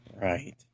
Right